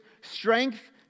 strength